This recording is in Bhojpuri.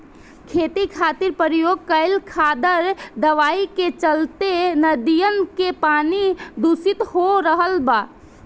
खेती खातिर प्रयोग कईल खादर दवाई के चलते नदियन के पानी दुसित हो रहल बा